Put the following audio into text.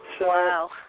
Wow